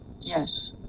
Yes